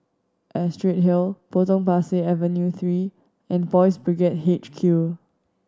Astrid Hill Potong Pasir Avenue Three and Boys' Brigade H Q